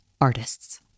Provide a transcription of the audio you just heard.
artists